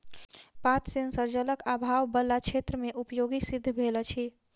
पात सेंसर जलक आभाव बला क्षेत्र मे उपयोगी सिद्ध भेल अछि